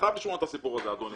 חייב לשמוע את הסיפור הזה, אדוני.